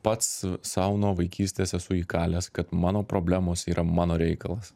pats sau nuo vaikystės esu įkalęs kad mano problemos yra mano reikalas